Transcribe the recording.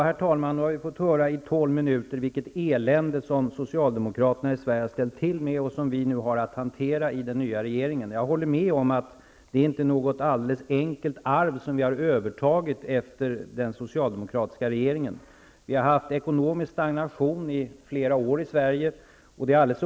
Herr talman! Nu har vi under tolv minuter fått höra vilket elände som Socialdemokraterna i Sverige har ställt till med och som vi nu har att hantera i den nya regeringen. Jag håller med om att det inte är något alldeles enkelt arv som vi har övertagit efter den socialdemokratiska regeringen. Vi har haft ekonomisk stagnation i flera år i Sverige.